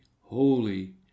holy